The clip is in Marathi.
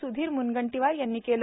स्धीर म्नगंटीवार यांनी केले